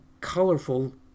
colorful